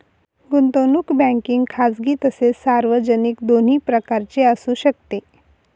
गुंतवणूक बँकिंग खाजगी तसेच सार्वजनिक दोन्ही प्रकारची असू शकते